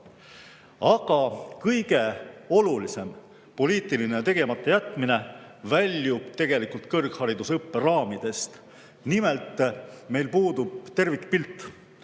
Aga kõige olulisem poliitiline tegematajätmine väljub tegelikult kõrgharidusõppe raamidest. Nimelt, meil puudub tervikpilt.